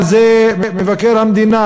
על זה מבקר המדינה,